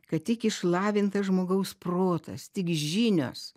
kad tik išlavintas žmogaus protas tik žinios